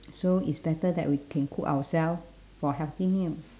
so is better that we can cook ourselves for healthy meal